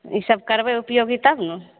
ई सभ करबै उपयोगी तब ने